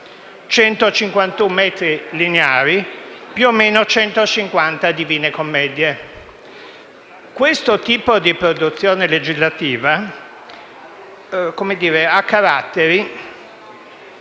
151 metri lineari, più o meno 150 divine commedie. Questo tipo di produzione legislativa ha caratteri